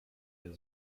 der